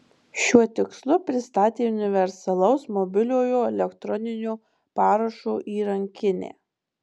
šiuo tikslu pristatė universalaus mobiliojo elektroninio parašo įrankinę